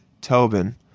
Tobin